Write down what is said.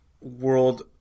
world